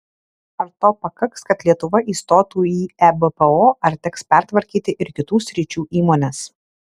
ar to pakaks kad lietuva įstotų į ebpo ar teks pertvarkyti ir kitų sričių įmones